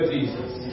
Jesus